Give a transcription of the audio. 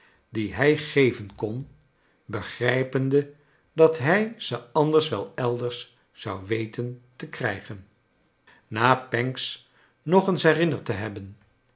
die hij geven kon begrijpende dat hij ze anders wel elders zou weten te krijgen na pancks nog eens her inner d te hebben